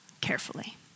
carefully